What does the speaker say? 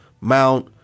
mount